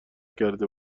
کرده